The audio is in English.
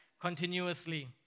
continuously